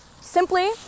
Simply